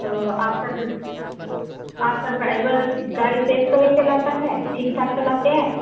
तो आपका घर आपका ड्राईवर गाड़ी तेज़ तो नहीं चलाता है ठीक ठाक चलाते हैं